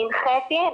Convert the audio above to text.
אני הנחיתי,